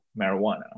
marijuana